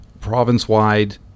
province-wide